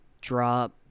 drop